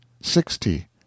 Sixty